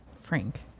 Frank